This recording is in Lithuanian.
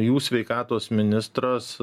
jų sveikatos ministras